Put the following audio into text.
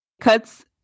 cuts